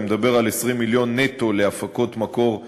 אני מדבר על 20 מיליון נטו להפקות מקור חיצוניות.